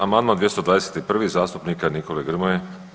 Amandman 221. zastupnika Nikole Grmoje.